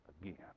again